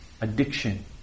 Addiction